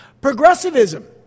Progressivism